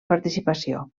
participació